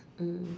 mm